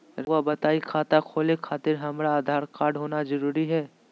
रउआ बताई खाता खोले खातिर हमरा आधार कार्ड होना जरूरी है?